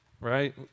right